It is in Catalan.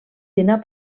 dinar